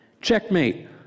Checkmate